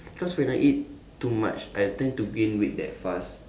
cause when I eat too much I tend to gain weight that fast